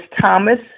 Thomas